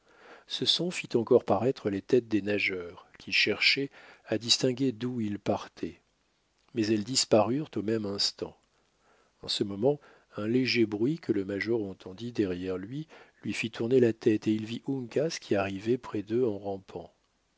ce son fit encore paraître les têtes des nageurs qui cherchaient à distinguer d'où il partait mais elles disparurent au même instant en ce moment un léger bruit que le major entendit derrière lui lui fit tourner la tête et il vit uncas qui arrivait près d'eux en rampant